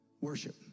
Worship